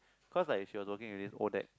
cause like she was working already is Odac